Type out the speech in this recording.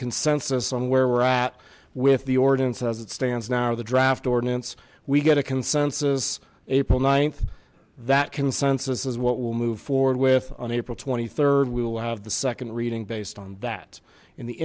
consensus on where we're at with the ordinance as it stands now are the draft ordinance we get a consensus april th that consensus is what we'll move forward with on april rd we will have the second reading based on that in the